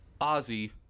Ozzy